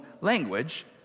language